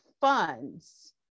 funds